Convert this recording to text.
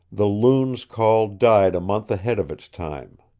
the loon's call died a month ahead of its time.